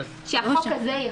-- שהחוק הזה יחול.